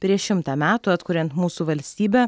prieš šimtą metų atkuriant mūsų valstybę